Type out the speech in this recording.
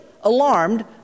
alarmed